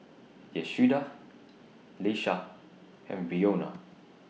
Yehuda Lesha and Breonna